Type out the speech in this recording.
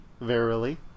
verily